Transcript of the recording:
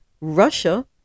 Russia